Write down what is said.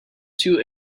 two